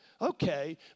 okay